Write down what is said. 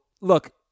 look